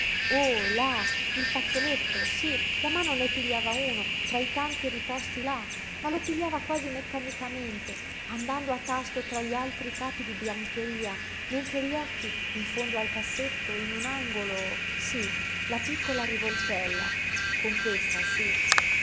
oh là il fazzoletto sí la mano ne pigliava uno tra i tanti riposti là ma lo pigliava quasi meccanicamente andando a tasto tra gli altri capi di biancheria mentre gli occhi in fondo al cassetto in un angolo sí la piccola rivoltella